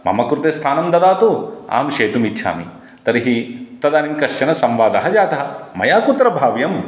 मम कृते स्थानं ददातु अहं शेतुम् इच्छामि तर्हि तदानीं कश्चन संवादः जातः मया कुत्र भाव्यं